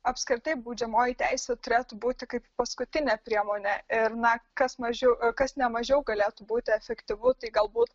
apskritai baudžiamoji teisė turėtų būti kaip paskutinė priemonė ir na kas mažiau kas nemažiau galėtų būti efektyvu tai galbūt